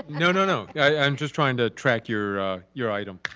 no, no, no, i'm just trying to track your your item.